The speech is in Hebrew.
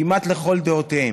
כמעט לכל דעותיהם.